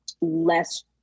less